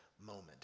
moment